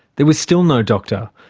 there was still no doctor.